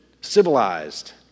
civilized